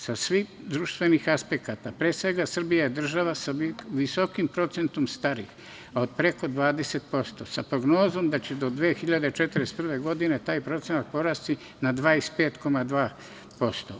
Sa svih društvenih aspekata pre svega Srbija je država sa visokim procentom starijih, od preko 20%, sa prognozom da će do 2041. godine taj procenat porasti na 25,2%